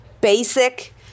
basic